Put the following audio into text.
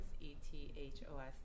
E-T-H-O-S